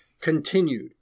continued